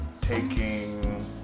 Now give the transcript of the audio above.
taking